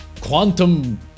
quantum